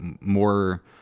more